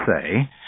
say